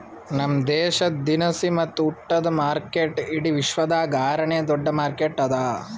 ನಮ್ ದೇಶ ದಿನಸಿ ಮತ್ತ ಉಟ್ಟದ ಮಾರ್ಕೆಟ್ ಇಡಿ ವಿಶ್ವದಾಗ್ ಆರ ನೇ ದೊಡ್ಡ ಮಾರ್ಕೆಟ್ ಅದಾ